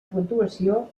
puntuació